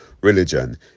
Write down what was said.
religion